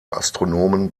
astronomen